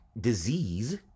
disease